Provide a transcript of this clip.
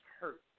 hurt